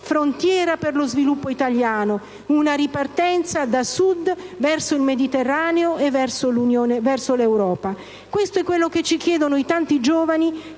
frontiera per lo sviluppo italiano, una ripartenza dal Sud verso il Mediterraneo e verso l'Europa. Questo è quello che ci chiedono i tanti giovani